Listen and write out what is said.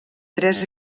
tres